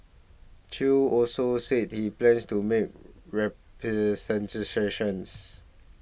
Chew also said he plans to make